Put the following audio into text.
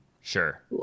Sure